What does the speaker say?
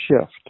shift